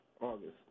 August